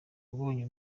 wabonye